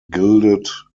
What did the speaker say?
gilded